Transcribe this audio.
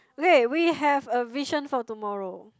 okay we have a vision for tomorrow